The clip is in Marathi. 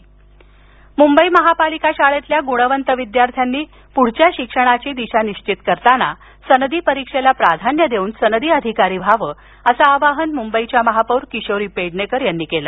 मनपा मुंबई महापालिका शाळेतील गुणवंत विद्यार्थ्यांनी पुढील शिक्षणाची दिशा निश्चित करताना सनदी परीक्षेला प्राधान्य देऊन सनदी अधिकारी व्हावं असं आवाहन मुंबईच्या महापौर किशोरी पेडणेकर यांनी केले